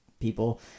people